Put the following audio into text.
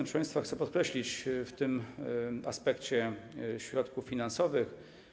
Proszę państwa, chce podkreślić w tym aspekcie środków finansowych.